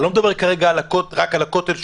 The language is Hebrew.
אני לא מדבר כרגע רק על הכותל,